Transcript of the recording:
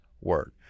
word